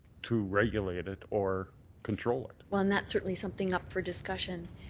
to regulate it or control it. well, and that's certainly something up for discussion.